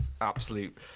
absolute